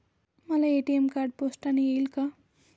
मला ATM card पोस्टाने येईल का?